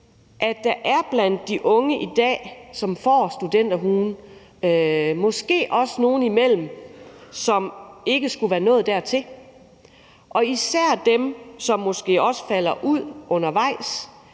at der blandt de unge, som får studenterhuen i dag, måske også er nogle, som ikke skulle være nået dertil. Det drejer sig især om dem, som måske falder ud undervejs,